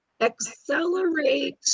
Accelerate